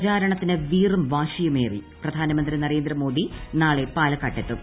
പ്രചാരണത്തിന് വ്വീറും വാശിയുമേറി പ്രധാനമന്ത്രി നരേന്ദ്രമോദി നാള് പാലക്കാട്ട് എത്തും